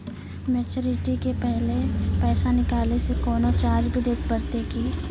Maturity के पहले पैसा निकालै से कोनो चार्ज भी देत परतै की?